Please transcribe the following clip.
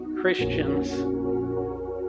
Christians